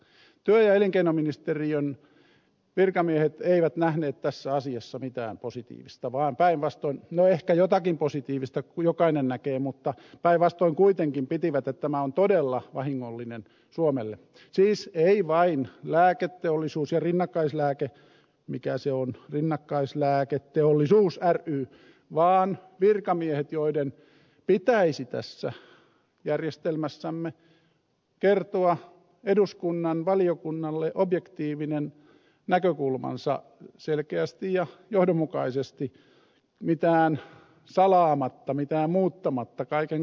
työ ja elinkeinoministeriön virkamiehet eivät nähneet tässä asiassa mitään positiivista no ehkä jotakin positiivista jokainen näkee vaan päinvastoin pitivät tätä todella vahingollisena suomelle siis ei vain lääketeollisuus ja rinnakkaislääketeollisuus ry vaan virkamiehet joiden pitäisi tässä järjestelmässämme kertoa eduskunnan valiokunnalle objektiivinen näkökulmansa selkeästi ja johdonmukaisesti mitään salaamatta mitään muuttamatta kaiken kertoen